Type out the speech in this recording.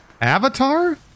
Avatar